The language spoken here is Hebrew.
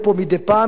משמיע קול,